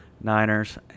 Niners